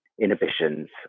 inhibitions